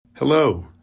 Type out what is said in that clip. Hello